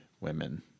women